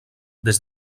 des